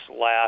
last